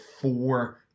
four